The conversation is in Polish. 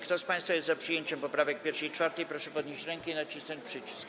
Kto z państwa jest za przyjęciem poprawek 1. i 4., proszę podnieść rękę i nacisnąć przycisk.